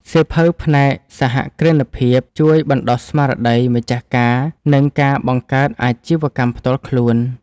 សៀវភៅផ្នែកសហគ្រិនភាព ជួយបណ្ដុះស្មារតីម្ចាស់ការ និងការបង្កើតអាជីវកម្មផ្ទាល់ខ្លួន។